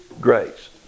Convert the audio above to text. grace